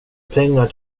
pengar